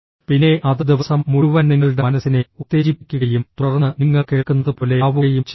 പിന്നെ അത് ദിവസം മുഴുവൻ നിങ്ങളുടെ മനസ്സിനെ ഉത്തേജിപ്പിക്കുകയും തുടർന്ന് നിങ്ങൾ കേൾക്കുന്നത് പോലെയാവുകയും ചെയ്യുന്നു